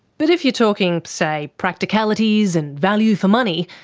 but if you're talking, say, practicalities and value for money,